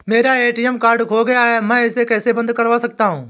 मेरा ATM card खो गया है मैं इसे कैसे बंद करवा सकता हूँ?